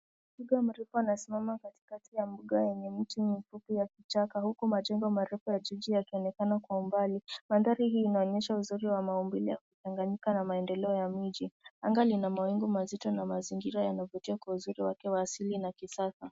Twiga mrefu anasimama katikati ya mbuga yenye miti mifupi ya kichaka. Huku majengo marefu ya jiji yakionekana kwa umbali. Mandhari hii inaonyesha uzuri wa maumbile ya kuchanganyika na maendeleo ya miji anga lina mawingu mazito na mazingira yanavutia kwa uzuri wake wa asili na kisasa.